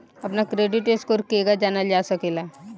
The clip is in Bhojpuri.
अपना क्रेडिट स्कोर केगा जानल जा सकेला?